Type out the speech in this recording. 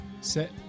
Set